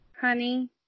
Honey